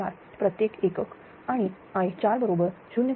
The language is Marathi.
004 प्रत्येक एकक आणि i4 बरोबर 0